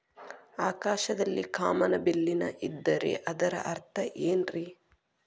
ಆಕಾಶದಲ್ಲಿ ಕಾಮನಬಿಲ್ಲಿನ ಇದ್ದರೆ ಅದರ ಅರ್ಥ ಏನ್ ರಿ?